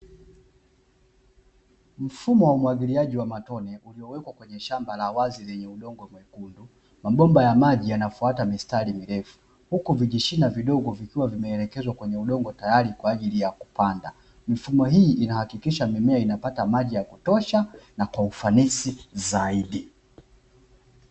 Mfumo wa umwagiliaji wa matone, uliowekwa kwenye shamba la wazi lenye udongo mwekundu. Mabomba ya maji yanafuata mistari mirefu. Huku vijishina vidogo vikiwa vimeelekezwa kwenye udongo tayari kwa ajili ya kupanda. Mifumo hii inahakikisha mimea inapata maji ya kutosha na kwa ufanisi zaidi.